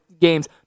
games